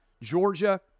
Georgia